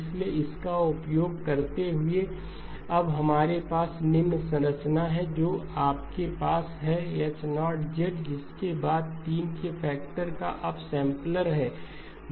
इसलिए इसका उपयोग करते हुए अब हमारे पास निम्न संरचना है जो आपके पास है H0 जिसके बाद 3 के फैक्टर का अपसैंपलर है